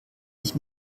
ich